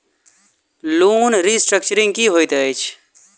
Loan restructuring की होइत अछि?